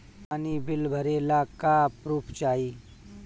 पानी बिल भरे ला का पुर्फ चाई?